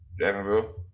Jacksonville